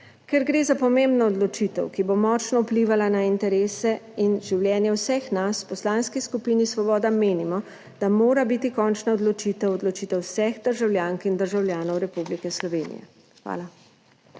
Ker gre za pomembno odločitev, ki bo močno vplivala na interese in življenja vseh nas, v Poslanski skupini Svoboda menimo, da mora biti končna odločitev odločitev vseh državljank in državljanov Republike Slovenije. Hvala.